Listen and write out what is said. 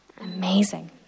Amazing